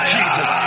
Jesus